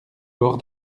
bords